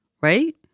Right